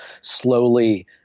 slowly